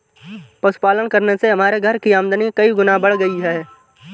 पशुपालन करने से हमारे घर की आमदनी कई गुना बढ़ गई है